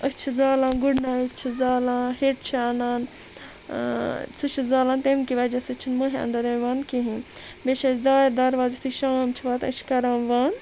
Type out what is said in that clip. أسۍ چھِ زالان گُڈنایٹ چھِ زالان ہِٹ چھِ اَنان سُہ چھِ زالان تمہِ کہِ وجہ سۭتۍ چھُنہٕ مٔہیہِ اندر یِوان کِہیٖنۍ بیٚیہِ چھِ اَسہِ دارِ درواز یُتھُے شام چھِ واتان أسۍ چھِ کَران بنٛد